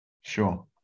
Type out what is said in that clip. Sure